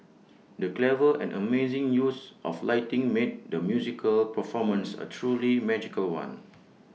the clever and amazing use of lighting made the musical performance A truly magical one